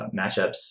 matchups